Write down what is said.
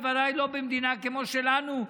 בוודאי לא במדינה כמו שלנו,